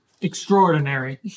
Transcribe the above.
extraordinary